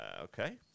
Okay